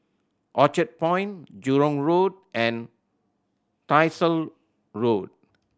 Orchard Point Jurong Road and Tyersall Road